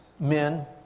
men